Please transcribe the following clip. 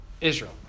Israel